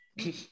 Okay